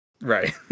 right